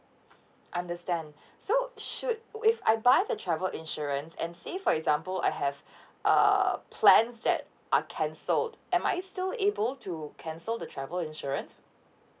understand so should uh if I buy the travel insurance and say for example I have uh plans that are cancelled am I still able to cancel the travel insurance